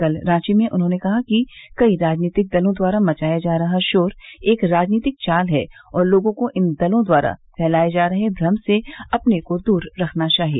कल रांची में उन्होंने कहा कि कई राजनीतिक दलों द्वारा मचाया जा रहा शोर एक राजनीतिक चाल है और लोगों को इन दलों द्वारा फैलाए जा रहे भ्रम से अपने को दूर रखना चाहिए